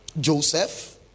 Joseph